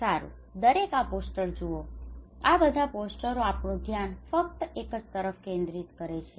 સારું દરેક આ પોસ્ટર જુઓ આ બધા પોસ્ટરો આપણું ધ્યાન ફક્ત એક જ તરફ કેન્દ્રિત કરે છે